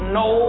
no